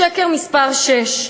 שקר מספר שש: